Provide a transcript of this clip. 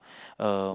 uh